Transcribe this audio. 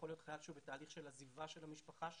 יכול להיות חייל שהוא בתהליך עזיבה של המשפחה שלו,